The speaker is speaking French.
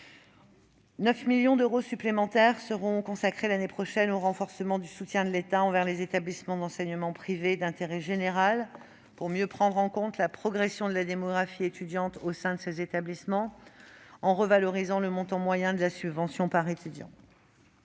9 millions d'euros supplémentaires seront consacrés l'année prochaine au renforcement du soutien de l'État envers les établissements d'enseignement supérieur privé d'intérêt général, afin de mieux prendre en compte la progression de la démographie étudiante au sein de ces établissements, en revalorisant le montant moyen de la subvention par étudiant.